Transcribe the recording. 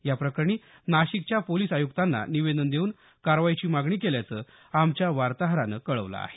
याप्रकरणी नाशिकच्या पोलीस आयुक्तांना निवेदन देऊन कारवाईची मागणी केल्याचं आमच्या वार्ताहरानं कळवलं आहे